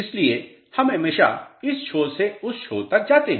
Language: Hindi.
इसलिए हम हमेशा इस छोर से उस छोर तक जाते हैं